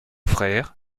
frère